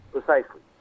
Precisely